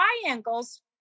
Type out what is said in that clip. triangles